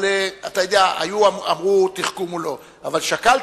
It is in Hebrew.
אבל אתה יודע, אמרו: תחכום או לא, אבל שקלתי.